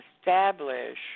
establish